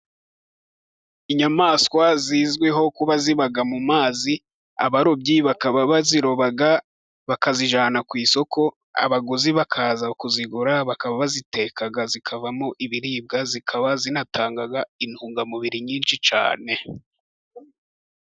Inyamaswa zizwiho kuba ziba mu mazi, abarobyi bakaba baziroba bakazijyana ku isoko abaguzi bakaza kuzigura, bakaba baziteka zikavamo ibiribwa, zikaba zinatanga intungamubiri nyinshi cyane.